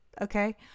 okay